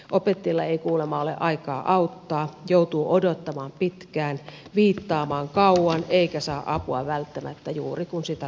opettajilla ei kuulemma ole aikaa auttaa joutuu odottamaan pitkään ja viittaamaan kauan eikä saa apua välttämättä juuri kun sitä tarvitsisi